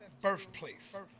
birthplace